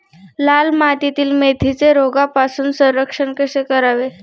लाल मातीतील मेथीचे रोगापासून संरक्षण कसे करावे?